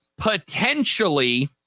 potentially